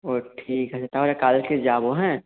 ও ঠিক আছে তাহলে কালকে যাবো হ্যাঁ